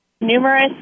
numerous